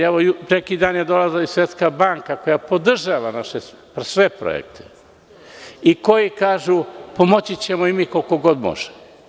Evo, pre neki dan je dolazila i Svetska banka, koja podržava sve naše projekte i koji kažu – pomoći ćemo i mi koliko god možemo.